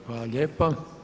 Hvala lijepo.